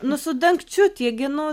nu su dangčiu tie gi nu